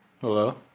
hello